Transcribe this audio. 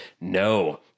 No